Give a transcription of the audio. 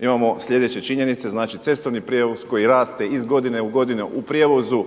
imamo sljedeće činjenice, znači cestovni prijevoz koji raste iz godine u godinu prijevozu